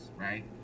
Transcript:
right